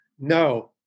No